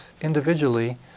individually